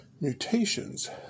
Mutations